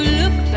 look